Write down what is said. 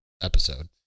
episode